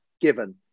Given